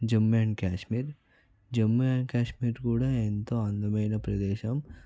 Jammu and Kashmir Jammu and Kashmir కూడా ఎంతో అందమైన ప్రదేశం